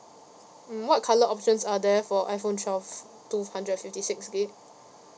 mm what colour options are there for iPhone twelve two hundred fifty six gigabyte